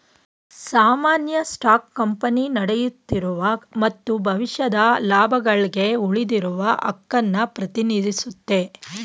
ಸಾಮಾನ್ಯ stock company ನಡೆಯುತ್ತಿರುವ ಮತ್ತು ಭವಿಷ್ಯದ ಲಾಭಗಳ್ಗೆ ಉಳಿದಿರುವ ಹಕ್ಕುನ್ನ ಪ್ರತಿನಿಧಿಸುತ್ತೆ